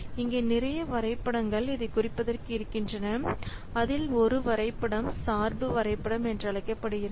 இங்கே நிறைய வரைபடங்கள் இதை குறிப்பதற்கு இருக்கின்றது அதில் ஒரு வரைபடம் சார்பு வரைபடம் என்றழைக்கப்படுகிறது